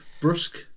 Brusque